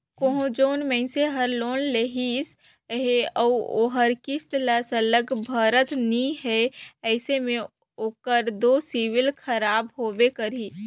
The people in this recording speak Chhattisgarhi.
कहों जेन मइनसे हर लोन लेहिस अहे अउ ओहर किस्त ल सरलग भरत नी हे अइसे में ओकर दो सिविल खराब होबे करही